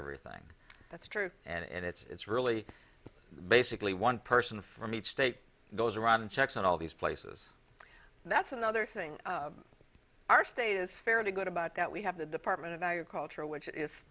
everything that's true and it's really basically one person from each state goes around and checks on all these places that's another thing our state is fairly good about that we have the department of agriculture which is